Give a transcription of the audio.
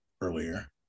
earlier